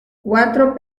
cuatro